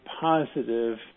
positive